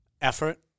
effort